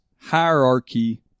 hierarchy